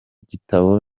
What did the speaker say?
gitabo